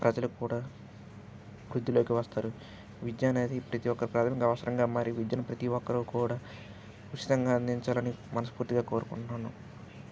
ప్రజలకి కూడా వృద్దిలోకి వస్తారు విద్య అనేది ప్రతీ ఒక్కరి ప్రాథమిక అవసరంగా మారి విద్యను ప్రతీ ఒక్కరు కూడా ఉచితంగా అందించాలని మనస్ఫూర్తిగా కోరుకుంటున్నాను